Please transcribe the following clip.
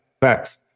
facts